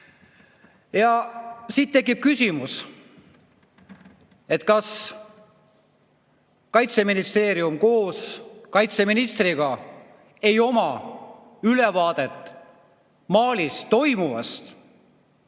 Siit tekib küsimus, kas Kaitseministeerium koos kaitseministriga ei oma ülevaadet Malis toimuvast.